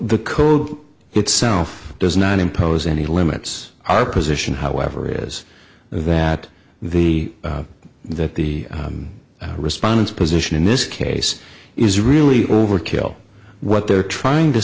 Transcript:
the code itself does not impose any limits our position however is that the that the respondents position in this case is really overkill what they're trying to